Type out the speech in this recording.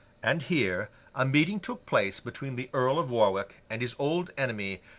and here a meeting took place between the earl of warwick and his old enemy,